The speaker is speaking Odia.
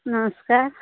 ନମସ୍କାର